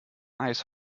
ice